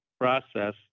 process